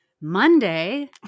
Monday